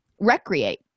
recreate